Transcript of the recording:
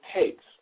takes